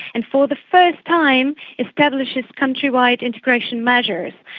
and for the first time establishes country-wide integration measures.